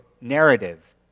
narrative